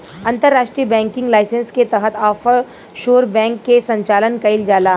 अंतर्राष्ट्रीय banking licence के तहत ऑफशोर बैंक के संचालन कईल जाला